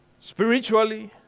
spiritually